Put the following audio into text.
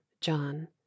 john